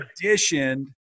Conditioned